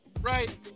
right